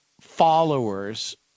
followers